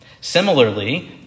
Similarly